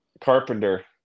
carpenter